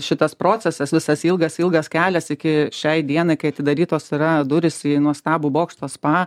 šitas procesas visas ilgas ilgas kelias iki šiai dienai kai atidarytos yra durys į nuostabų bokšto spa